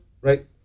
right